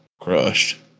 crushed